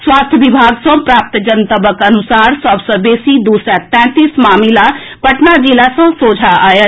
स्वास्थ्य विभाग सॅ प्राप्त जनतबक अनुसार सभ सॅ बेसी दू सय तैंतीस मामिला पटना जिला सॅ सोझा आयल